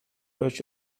watched